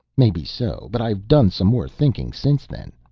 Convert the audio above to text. maybe so, but i've done some more thinking since then.